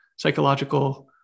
psychological